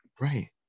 right